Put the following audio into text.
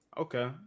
Okay